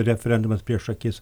referendumas prieš akis